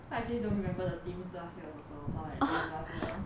so I actually don't remember the theme last year err err last year